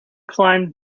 climbed